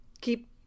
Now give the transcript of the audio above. Keep